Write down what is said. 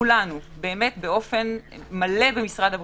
באופן מלא במשרד הבריאות,